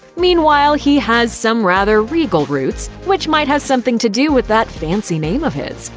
meanwhile, he has some rather regal roots, which might have something to do with that fancy name of his.